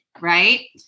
right